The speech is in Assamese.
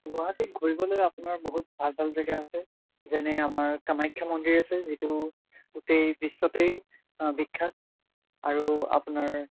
গুৱাহাটীত ঘূৰিবলৈ আপোনাৰ বহুত ভাল ভাল জেগা আছে যেনে আমাৰ কামাখ্যা মন্দিৰ আছে যিটো গোটেই বিশ্বতেই বিখ্যাত আৰু আপোনাৰ